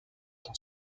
dans